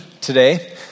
today